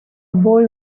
boy